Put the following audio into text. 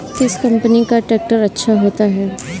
किस कंपनी का ट्रैक्टर अच्छा होता है?